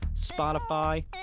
Spotify